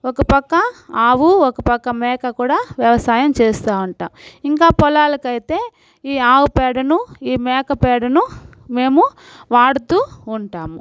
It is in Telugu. ఒక పక్క ఆవు ఒక పక్క మేక కూడా వ్యవసాయం చేస్తూ ఉంటాం ఇంకా పొలాలకైతే ఈ ఆవు పేడను ఈ మేక పేడను మేము వాడుతూ ఉంటాము